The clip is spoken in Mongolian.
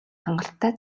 хангалттай